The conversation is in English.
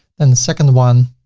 then the second one,